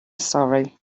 sorry